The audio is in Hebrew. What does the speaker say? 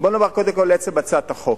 בוא נאמר קודם כול לעצם הצעת החוק.